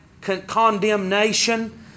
condemnation